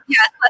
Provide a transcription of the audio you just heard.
Yes